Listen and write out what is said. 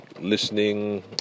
listening